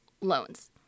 loans